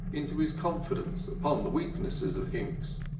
into his confidence upon the weaknesses of hinks.